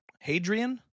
Hadrian